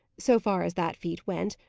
so far as that feat went,